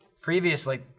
previously